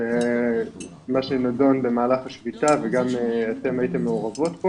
מה שנדון במהלך השביתה וגם אתם הייתן מעורבות פה.